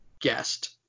guest